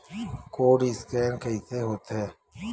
Code scan कइसे होथे?